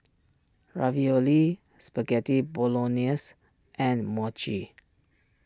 Ravioli Spaghetti Bolognese and Mochi